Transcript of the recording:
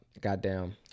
goddamn